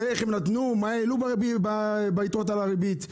איך הם נתנו, מה העלו ביתרות על הריבית.